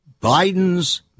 Biden's